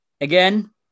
again